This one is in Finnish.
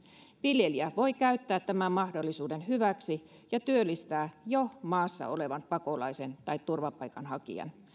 viljelijä voi käyttää tämän mahdollisuuden hyväksi ja työllistää jo maassa olevan pakolaisen tai turvapaikanhakijan